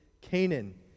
Canaan